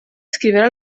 scrivere